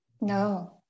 No